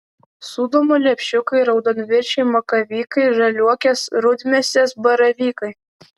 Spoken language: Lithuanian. sūdoma lepšiukai raudonviršiai makavykai žaliuokės rudmėsės baravykai